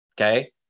Okay